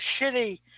shitty